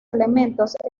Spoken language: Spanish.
elementos